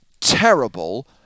terrible